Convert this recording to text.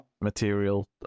material